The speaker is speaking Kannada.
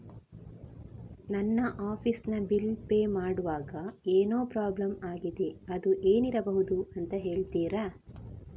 ನನ್ನ ಆಫೀಸ್ ನ ಬಿಲ್ ಪೇ ಮಾಡ್ವಾಗ ಏನೋ ಪ್ರಾಬ್ಲಮ್ ಆಗಿದೆ ಅದು ಏನಿರಬಹುದು ಅಂತ ಹೇಳ್ತೀರಾ?